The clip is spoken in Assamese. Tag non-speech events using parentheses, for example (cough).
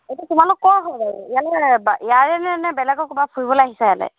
এইটো তোমালোক ক'ৰ হয় (unintelligible) ইয়াৰেনে বেলেগৰ ক'বা ফুৰিবলে আহিছা ইয়ালে